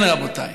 כן, רבותיי.